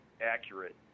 accurate